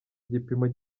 igipimo